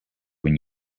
when